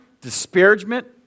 disparagement